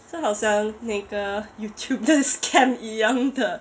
这好像那个 Youtube 的 scam 一样的